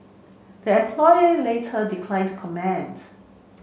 the employee later declined to comment